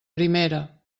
primera